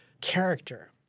character